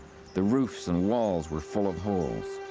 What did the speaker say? the roofs and walls were full of holes.